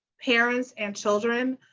parents, and children,